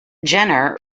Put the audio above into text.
jenner